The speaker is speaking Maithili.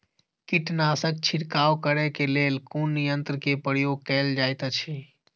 कीटनासक छिड़काव करे केँ लेल कुन यंत्र केँ प्रयोग कैल जाइत अछि?